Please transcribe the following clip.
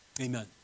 Amen